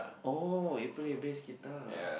oh you play bass guitar